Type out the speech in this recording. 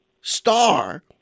star